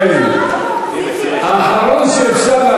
האחרון שאפשר,